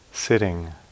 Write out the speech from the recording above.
sitting